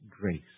grace